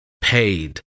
paid